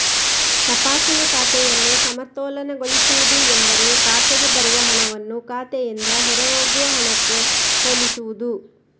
ತಪಾಸಣೆ ಖಾತೆಯನ್ನು ಸಮತೋಲನಗೊಳಿಸುವುದು ಎಂದರೆ ಖಾತೆಗೆ ಬರುವ ಹಣವನ್ನು ಖಾತೆಯಿಂದ ಹೊರಹೋಗುವ ಹಣಕ್ಕೆ ಹೋಲಿಸುವುದು